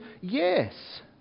yes